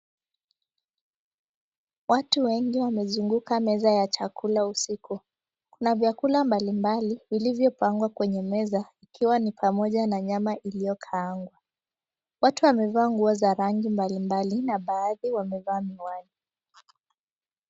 Watu wengi wamezunguka meza ya chakula usiku. Kuna vyakula mbalimbali vilivyopangwa kwenye meza, ikiwa ni pamoja nya nyama iliyokaangwa. Watu wamevaa nguo za rangi mbalimbali na baadhi wamevaa miwani.